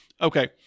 okay